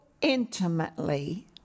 intimately